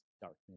darkness